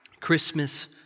Christmas